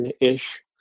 ish